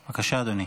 בבקשה, אדוני.